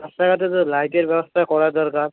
রাস্তাঘাটে তো লাইটের ব্যবস্থা করা দরকার